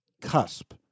cusp